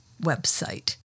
website